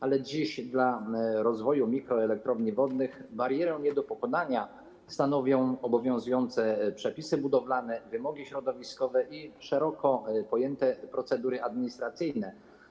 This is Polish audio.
Ale dziś dla rozwoju mikroelektrowni wodnych barierę nie do pokonania stanowią obowiązujące przepisy budowlane, wymogi środowiskowe i szeroko pojęte procedury administracyjne.